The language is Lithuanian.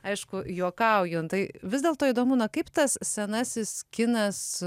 aišku juokauju tai vis dėlto įdomu na kaip tas senasis kinas